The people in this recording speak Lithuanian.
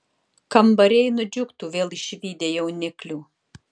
kambariai nudžiugtų vėl išvydę jauniklių